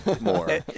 more